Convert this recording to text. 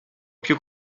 più